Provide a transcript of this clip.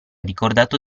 ricordato